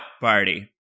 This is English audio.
party